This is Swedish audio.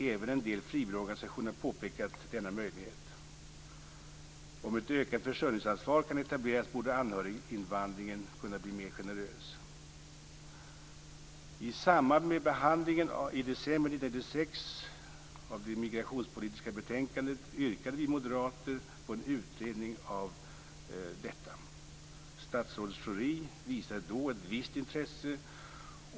Även en del frivilligorganisationer har påpekat denna möjlighet. Om ett ökat försörjningsansvar kan etableras borde anhöriginvandringen kunna blir mer generös. I samband med behandlingen av det migrationspolitiska betänkandet i december 1996 yrkade vi moderater på en utredning av detta. Statsrådet Schori visade då ett visst intresse.